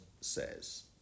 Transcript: says